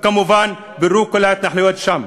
וכמובן פירוק כל ההתנחלויות שם.